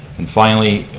and finally,